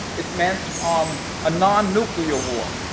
it meant um a non-nuclear war.